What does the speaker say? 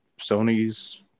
Sony's